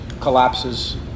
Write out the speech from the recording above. collapses